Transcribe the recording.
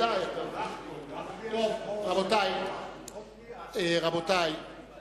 הרומס באופן בוטה וחסר אחריות את הדמוקרטיה